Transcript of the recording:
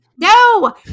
no